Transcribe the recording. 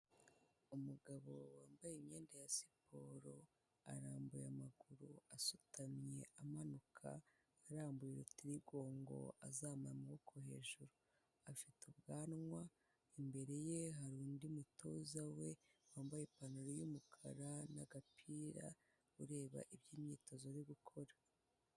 Umugabo wambaye imyenda ya siporo arambuye amaguru asutamye amanuka arambuye urutirigongo azaana amaboko hejuru a afite ubwanwa imbere ye hari undi mutoza we wambaye ipantaro yumukara nagapira ureba ibyo imyitozo yo gukora.